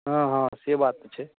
हँ हँ से बात तऽ छै